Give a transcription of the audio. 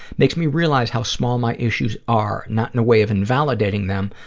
makes me realize how small my issues are, not in a way of invalidating them,